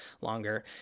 longer